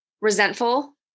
resentful